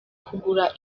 kugura